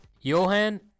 Johan